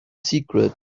secret